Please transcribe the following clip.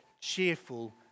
cheerful